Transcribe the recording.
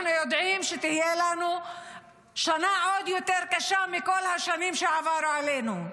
אנחנו יודעים שתהיה לנו שנה עוד יותר קשה מכל השנים שעברו עלינו.